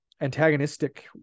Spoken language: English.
antagonistic